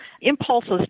impulses